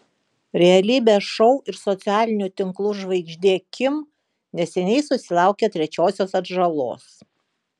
realybės šou ir socialinių tinklų žvaigždė kim neseniai susilaukė trečiosios atžalos